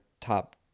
top